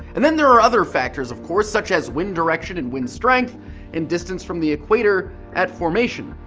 and then there are other factors of course such as wind direction and wind strength and distance from the equator at formation.